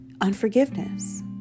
unforgiveness